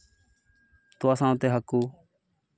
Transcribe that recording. ᱛᱳᱣᱟ ᱥᱟᱶᱛᱮ ᱦᱟᱹᱠᱩ